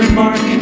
mark